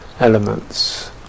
Elements